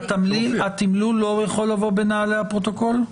התמלול לא יכול לבוא בנעלי הפרוטוקול?